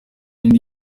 indi